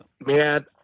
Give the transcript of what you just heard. Man